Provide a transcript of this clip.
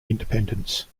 independence